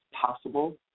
possible